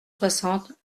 soixante